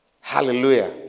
Hallelujah